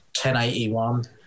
1081